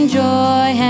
joy